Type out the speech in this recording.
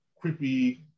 creepy